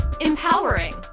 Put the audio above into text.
Empowering